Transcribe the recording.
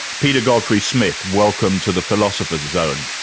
peter godfrey-smith, welcome to the philosopher's zone.